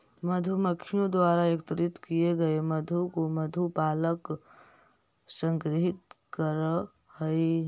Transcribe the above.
मधुमक्खियों द्वारा एकत्रित किए गए मधु को मधु पालक संग्रहित करअ हई